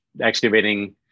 excavating